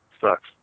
sucks